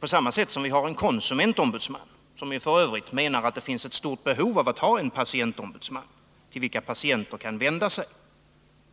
På samma sätt som vi har en konsumentombudsman menar vi att det finns ett stort behov av att ha en patientombudsman till vilken patienter kan vända sig